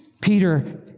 Peter